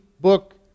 book